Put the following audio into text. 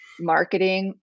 marketing